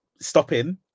stopping